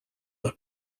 are